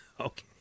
okay